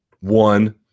one